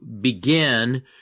begin